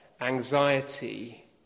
anxiety